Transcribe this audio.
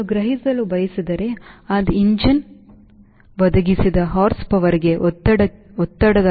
ನಾನು ಗ್ರಹಿಸಲು ಬಯಸಿದರೆ ಅದು ಎಂಜಿನ್ ಒದಗಿಸಿದ horsepowerಗೆ ಒತ್ತಡದ output ಎಂದು ನಾನು ವ್ಯಾಖ್ಯಾನಿಸುತ್ತೇನೆ